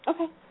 Okay